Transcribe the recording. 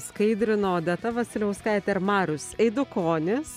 skaidrino odeta vasiliauskaitė ir marius eidukonis